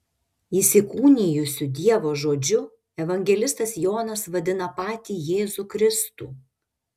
įsikūnijusiu dievo žodžiu evangelistas jonas vadina patį jėzų kristų